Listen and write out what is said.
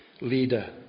leader